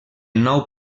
nou